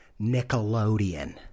Nickelodeon